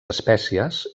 espècies